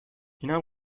اینم